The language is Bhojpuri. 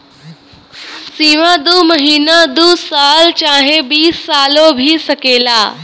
सीमा दू महीना दू साल चाहे बीस सालो भी सकेला